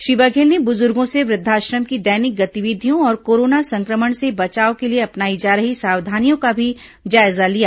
श्री बघेल ने बुजुर्गों से वृद्धाश्रम की दैनिक गतिविधियों और कोरोना संक्रमण से बचाव के लिए अपनाई जा रही सावधानियों का भी जायजा लिया